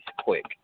quick